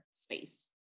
space